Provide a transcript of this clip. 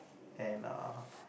and err